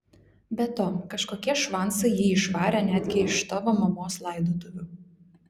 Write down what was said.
be to kažkokie švancai jį išvarė netgi iš tavo mamos laidotuvių